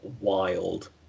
wild